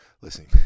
listen